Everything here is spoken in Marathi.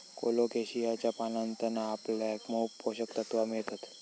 कोलोकेशियाच्या पानांतना आपल्याक मोप पोषक तत्त्वा मिळतत